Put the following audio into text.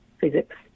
physics